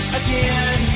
again